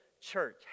Church